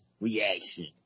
reaction